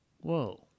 whoa